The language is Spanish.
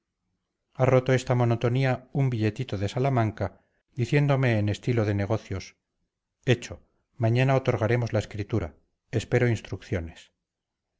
ha roto esta monotonía un billetito de salamanca diciéndome en estilo de negocios hecho mañana otorgaremos la escritura espero instrucciones